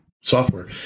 software